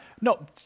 No